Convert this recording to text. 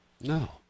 No